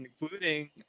including